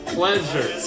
pleasure